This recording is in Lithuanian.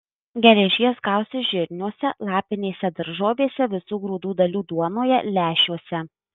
geležies gausu žirniuose lapinėse daržovėse visų grūdo dalių duonoje lęšiuose